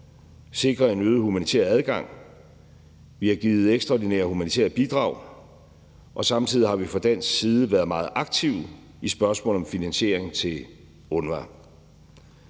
sikre en øget humanitær adgang, vi har givet ekstraordinære humanitære bidrag, og samtidig har vi fra dansk side været meget aktive i spørgsmålet om finansiering til UNRWA.